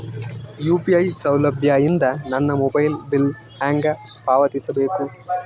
UPI ಸೌಲಭ್ಯ ಇಂದ ನನ್ನ ಮೊಬೈಲ್ ಬಿಲ್ ಹೆಂಗ್ ಪಾವತಿಸ ಬೇಕು?